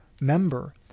member